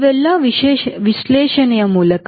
ಇವೆಲ್ಲ ವಿಶ್ಲೇಷಣೆಯ ಮೂಲಕ